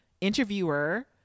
interviewer